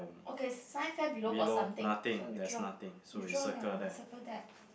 okay science fair below got something so you draw you draw there one circle that